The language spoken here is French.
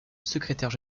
secrétaire